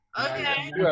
okay